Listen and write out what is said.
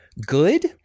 good